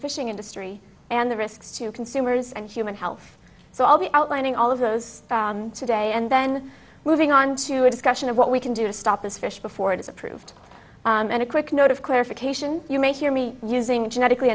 fishing industry and the risks to consumers and human health so i'll be outlining all of those today and then moving on to a discussion of what we can do to stop this fish before it is approved and a quick note of clarification you may hear me using genetically